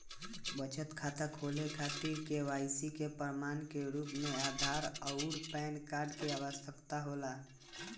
बचत खाता खोले के खातिर केवाइसी के प्रमाण के रूप में आधार आउर पैन कार्ड के आवश्यकता होला